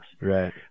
Right